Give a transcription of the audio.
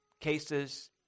cases